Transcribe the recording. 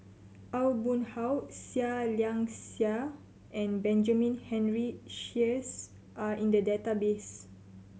Aw Boon Haw Seah Liang Seah and Benjamin Henry Sheares are in the database